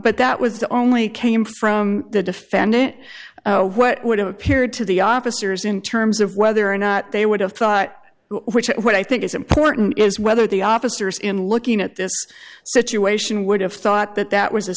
but that was the only came from the defendant what would have appeared to the officers in terms of whether or not they would have thought which what i think is important is whether the officers in looking at this situation would have thought that